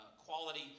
quality